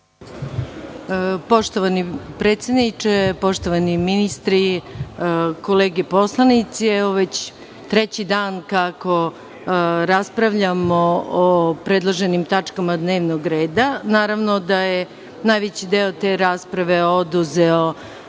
Poštovani predsedniče, poštovani ministri, kolege poslanici, evo već treći dan kako raspravljamo o predloženim tačkama dnevnog reda. Naravno da je najveći deo te rasprave oduzeo